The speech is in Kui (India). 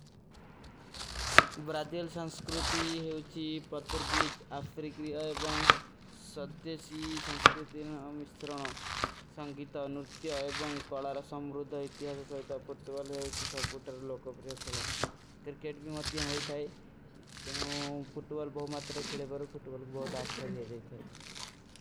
ବ୍ରାଜିଲ ସଂସ୍କୃତି, ପତୁର୍ଗୀଚ, ଆଫ୍ରିକରୀ, ସଦ୍ଧେଶୀ ସଂସ୍କୃତି, ସଂଗୀତ, ନୁର୍ତ୍ଯ, କଳାର, ସମ୍ରୁଦ, ଇତିଯାସ, ଫୂଟବଲ, ଲୋକୋ ପ୍ରେଖଲୋ। କ୍ରିକେଟ ମେଂ ହୋତା ହୈ, ଫୂଟବଲ ବହୁତ ଅଖ୍ଯାର ହୈ।